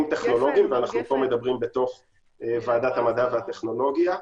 טכנולוגיים ואנחנו פה מדברים בתוך ועדת המדע והטכנולוגיה,